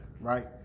Right